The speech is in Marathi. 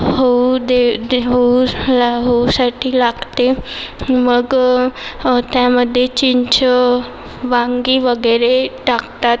होऊ दे दे होऊ ला होऊ साठी लागते मग त्यामध्ये चिंच वांगी वगैरे टाकतात